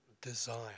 desire